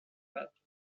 pattes